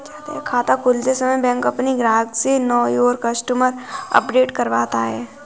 खाता खोलते समय बैंक अपने ग्राहक से नो योर कस्टमर अपडेट करवाता है